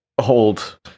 hold